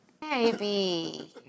Baby